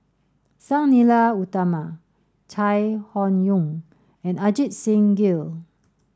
Sang Nila Utama Chai Hon Yoong and Ajit Singh Gill